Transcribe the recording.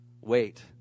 Wait